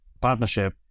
partnership